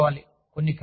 ప్రేరణ పెంచుకోవాలి